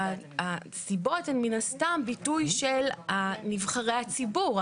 הסיבות הן מן הסתם ביטוי של נבחרי הציבור,